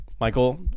Michael